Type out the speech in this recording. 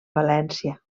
valència